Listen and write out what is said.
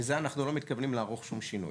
בזה אנחנו לא מתכוונים לערוך שום שינוי.